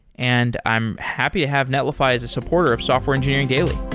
and i'm happy to have netlify as a supporter of software engineering daily